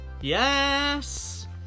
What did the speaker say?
Yes